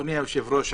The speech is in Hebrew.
אדוני היושב-ראש,